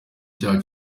icyaha